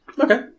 Okay